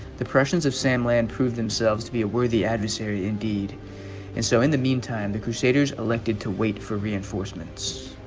the prussians of sam land proved themselves to be a worthy adversary indeed and so in the meantime the crusaders elected to wait for reinforcements